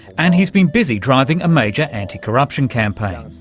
and he's been busy driving a major anti-corruption campaign.